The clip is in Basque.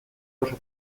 oso